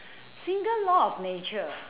single law of nature